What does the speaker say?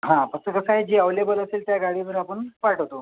हां फक्त कसं आहे की जी अवलेबल असेल त्या गाडीवर आपण पाठवतो